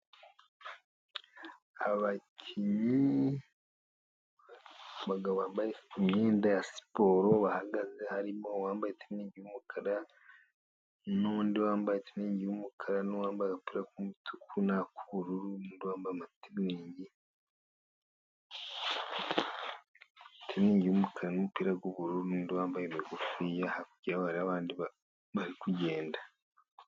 Abakinnyi bambaye imyenda ya siporo bahagaze harimo uwambaye teni yumukara n'undi wambaye isengeri y'umukara n'uwambaye akumutuku n'ubururu n'itiriningi n'umupira w'ubururu bari kugenda.